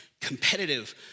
competitive